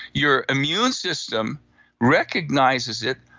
your immune system recognizes it,